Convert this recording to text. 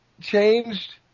changed